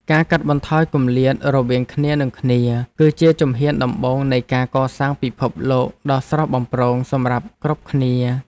ការកាត់បន្ថយគម្លាតរវាងគ្នានឹងគ្នា គឺជាជំហានដំបូងនៃការកសាងពិភពលោកដ៏ស្រស់បំព្រងសម្រាប់គ្រប់គ្នា។